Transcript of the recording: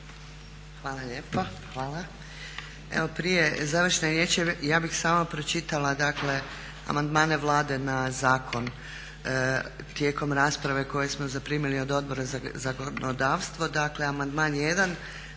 Hvala lijepo. Evo prije završne riječi ja bih samo pročitala amandmane Vlade na zakon, tijekom rasprave koje smo zaprimili od Odbora za zakonodavstvo.